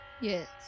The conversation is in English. Yes